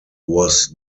was